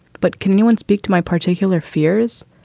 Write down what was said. but can no one speak to my particular fears?